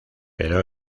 pero